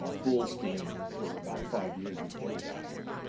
um full steam for about five years before i got here.